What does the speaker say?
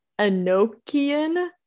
Enochian